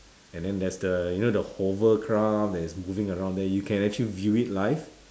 and then there's the you know the hovercraft that is moving around there you can actually view it live